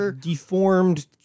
deformed